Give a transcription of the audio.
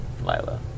Lila